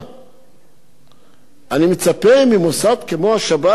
אני מצפה ממוסד כמו השב"ס ליתר שקיפות.